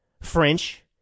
French